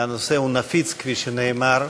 והנושא הוא נפיץ, כפי שנאמר,